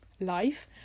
life